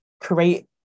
create